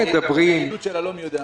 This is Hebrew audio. שהיעילות שלה לא מי-יודע-מה.